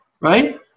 right